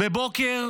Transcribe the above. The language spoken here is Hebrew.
סתם בבוקר.